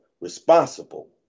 responsible